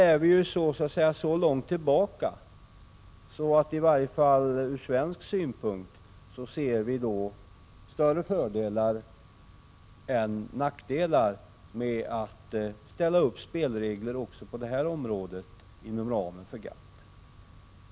Här ligger vi så långt tillbaka att vi åtminstone ur svensk synpunkt ser större fördelar än nackdelar med att ställa upp spelregler också på detta område inom ramen för GATT.